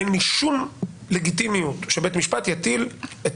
ואין לי שום לגיטימיות שבית משפט יטיל את